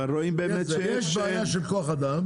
אבל כשאתם אומרים בעיה של כוח אדם,